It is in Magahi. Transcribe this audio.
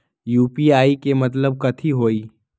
यू.पी.आई के मतलब कथी होई?